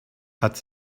hat